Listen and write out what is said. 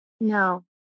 No